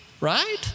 right